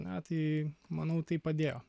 na tai manau tai padėjo